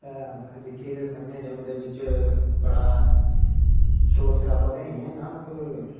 दिक्खी सकने तुस जम्मू दे बिच बड़ा शोर शरावा ते नेईं ऐ इन्ना पर मगर